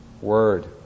word